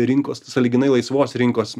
rinkos sąlyginai laisvos rinkos